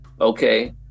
Okay